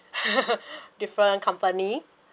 different company